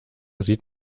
sieht